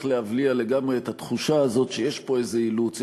להבליע לגמרי את התחושה הזו שיש פה איזה אילוץ,